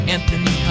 Anthony